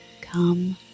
come